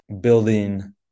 building